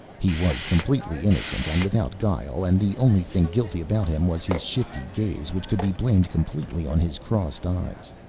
he was completely innocent and without guile and the only thing guilty about him was his shifty gaze which could be blamed completely on his crossed eyes.